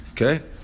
Okay